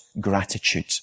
gratitude